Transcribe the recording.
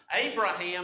Abraham